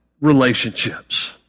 relationships